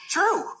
True